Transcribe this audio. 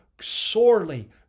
sorely